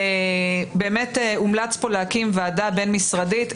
באמת הומלץ פה להקים ועדה רב-משרדית.